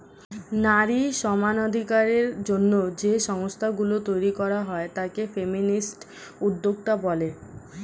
নারী সমানাধিকারের জন্য যে সংস্থা গুলো তৈরী করা হয় তাকে ফেমিনিস্ট উদ্যোক্তা বলে